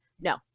No